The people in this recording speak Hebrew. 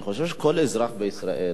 אני חושב שכל אזרח בישראל,